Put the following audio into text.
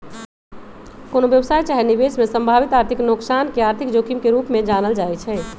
कोनो व्यवसाय चाहे निवेश में संभावित आर्थिक नोकसान के आर्थिक जोखिम के रूप में जानल जाइ छइ